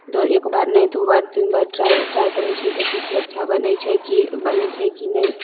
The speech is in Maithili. एक बार नहि दू बार तीन बार ट्राइ ट्राइ करय छियै देखय छियै अच्छा बनय छै की बनय छै कि नहि